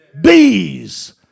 bees